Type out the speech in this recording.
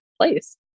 place